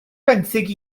benthyg